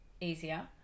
easier